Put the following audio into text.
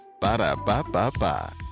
Ba-da-ba-ba-ba